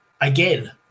Again